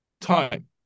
time